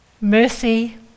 mercy